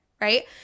right